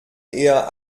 eher